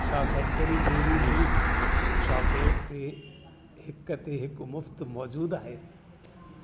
छा Cadbury dairy milk chocolate ते हिक ते हिकु मुफ़्त मौजूदु आहे